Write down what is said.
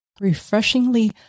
refreshingly